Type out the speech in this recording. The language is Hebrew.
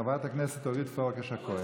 חברת הכנסת אורית פרקש הכהן.